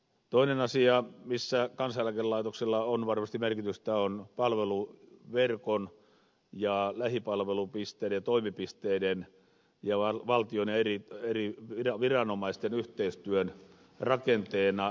toinen asia missä kansaneläkelaitoksella on varmasti merkitystä on palveluverkon lähipalvelupisteiden toimipisteiden ja valtion eri viranomaisten yhteistyön rakenteena